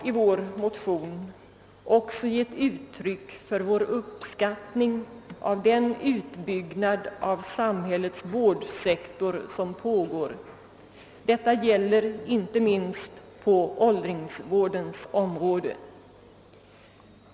I vår motion har vi även givit uttryck för vår uppskattning av den ut byggnad av samhällets vårdsektor som pågår, inte minst inom åldringsvården.